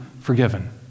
forgiven